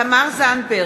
תמר זנדברג,